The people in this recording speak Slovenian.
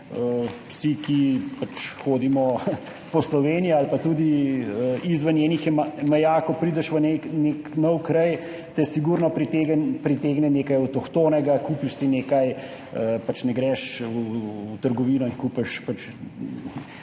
Vsi, ki pač hodimo po Sloveniji ali pa tudi izven njenih meja, ko prideš v nek nov kraj, te sigurno pritegne nekaj avtohtonega, kupiš si nekaj, greš v trgovino s spominki,